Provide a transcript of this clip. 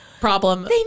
problem